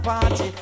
party